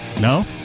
No